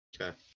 Okay